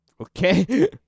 Okay